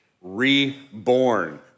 reborn